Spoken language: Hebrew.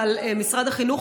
ולמשרד החינוך,